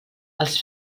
els